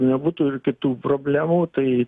nebūtų ir kitų problemų tai